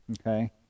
Okay